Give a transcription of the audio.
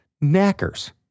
knackers